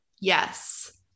Yes